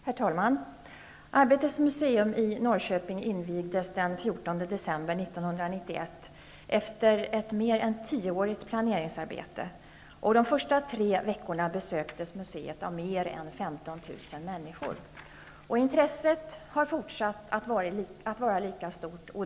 Herr talman! Arbetets museum i Norrköping invigdes den 14 december 1991 efter ett mer än tioårigt planeringsarbete. De första tre veckorna besöktes museet av mer än 15 000 människor. Intresset har fortsatt att vara lika stort.